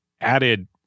added